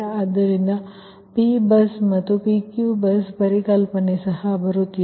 ಆದ್ದರಿಂದ P bus ಮತ್ತು PQV ಪರಿಕಲ್ಪನೆಯು ಸಹ ಬರುತ್ತಿದೆ